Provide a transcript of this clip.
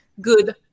good